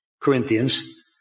Corinthians